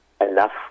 enough